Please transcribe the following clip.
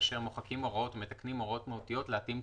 כאשר מוחקים הוראות או מתקנים הוראות מהותיות.